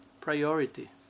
priority